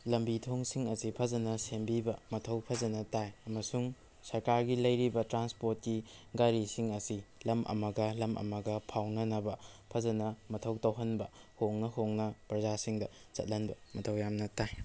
ꯂꯝꯕꯤ ꯊꯣꯡꯁꯤꯡ ꯑꯁꯤ ꯐꯖꯟꯅ ꯁꯦꯝꯕꯤꯕ ꯃꯊꯧ ꯐꯖꯟꯅ ꯇꯥꯏ ꯑꯃꯁꯨꯡ ꯁ꯭ꯔꯀꯥꯔꯒꯤ ꯂꯩꯔꯤꯕ ꯇ꯭꯭ꯔꯥꯟꯁꯄꯣꯠꯀꯤ ꯒꯥꯔꯤꯁꯤꯡ ꯑꯁꯤ ꯂꯝ ꯑꯃꯒ ꯂꯝ ꯑꯃꯒ ꯐꯥꯎꯅꯅꯕ ꯐꯖꯟꯅ ꯃꯊꯧ ꯇꯧꯍꯟꯕ ꯍꯣꯡꯅ ꯍꯣꯡꯅ ꯄ꯭꯭ꯔꯖꯥꯁꯤꯡꯗ ꯆꯠꯍꯟꯕ ꯃꯊꯧ ꯌꯥꯝꯅ ꯇꯥꯏ